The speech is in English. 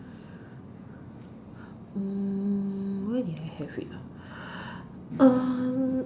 mm where did I have it ah